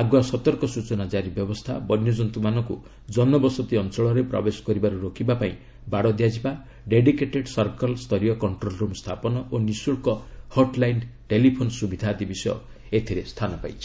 ଆଗୁଆ ସତର୍କ ସୂଚନା ଜାରି ବ୍ୟବସ୍ଥା ବନ୍ୟକନ୍ତୁମାନଙ୍କୁ ଜନବସତି ଅଞ୍ଚଳରେ ପ୍ରବେଶ କରିବାରୁ ରୋକିବାପାଇଁ ବାଡ଼ ଦେବା ଡେଡିକେଟେଡ୍ ସର୍କଲ୍ ସ୍ତରୀୟ କଷ୍ଟ୍ରୋଲ୍ ରୁମ୍ ସ୍ଥାପନ ଓ ନିଃଶୁଳ୍କ ହଟ୍ଲାଇନ୍ ଟେଲିଫୋନ୍ ସ୍ୱବିଧା ଆଦି ବିଷୟ ଏଥିରେ ସ୍ଥାନ ପାଇଛି